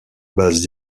base